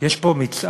יש פה מצעד,